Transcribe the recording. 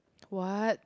what